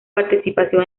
participación